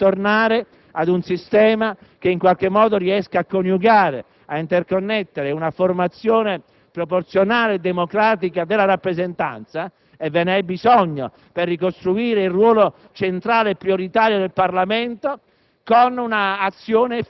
una formula per farci tornare ad un sistema che, in qualche modo, coniughi ed interconnetta una formazione proporzionale democratica della rappresentanza - e ve ne é bisogno per ricostruire il ruolo centrale e prioritario del Parlamento